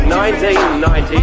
1990